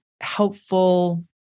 helpful